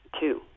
Two